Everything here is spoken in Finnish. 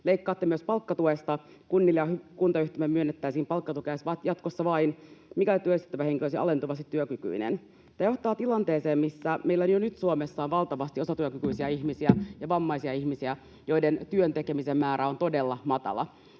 Leikkaatte myös palkkatuesta. Kunnille ja kuntayhtymille myönnettäisiin palkkatukea jatkossa vain, mikäli työllistettävä henkilö olisi alentuvasti työkykyinen. Tämä johtaa tilanteeseen, jossa meillä Suomessa on jo nyt valtavasti osatyökykyisiä ihmisiä ja vammaisia ihmisiä, joiden työn tekemisen määrä on todella matala.